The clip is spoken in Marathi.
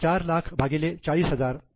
तर 4 लाख भागिले 40000